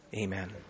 Amen